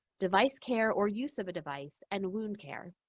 device care or use of a device, and wound care.